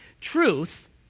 Truth